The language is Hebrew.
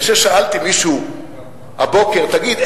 כששאלתי מישהו הבוקר: תגיד,